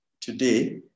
today